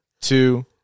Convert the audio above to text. two